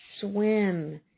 swim